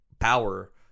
power